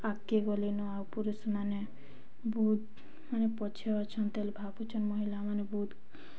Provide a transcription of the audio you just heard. ଆଗକେ ଗଲେନୁ ଆଉ ପୁରୁଷମାନେ ବହୁତ ମାନେ ପଛେ ଅଛନ୍ତି ତେଳେ ଭାବୁଛନ୍ ମହିଳାମାନେ ବହୁତ